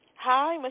Hi